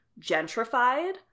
gentrified